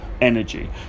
energy